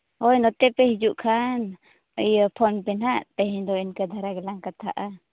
ᱦᱳᱭ ᱱᱚᱛᱮ ᱯᱮ ᱦᱤᱡᱩᱜ ᱠᱷᱟᱱ ᱤᱭᱟᱹ ᱯᱷᱳᱱ ᱯᱮ ᱱᱟᱜ ᱛᱮᱦᱮᱧ ᱫᱚ ᱤᱱᱠᱟᱹ ᱫᱷᱟᱨᱟ ᱜᱮᱞᱟᱝ ᱠᱟᱛᱷᱟᱜᱼᱟ